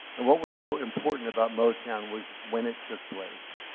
and what was so important about motown was when it took place,